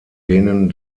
denen